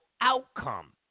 outcome